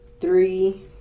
three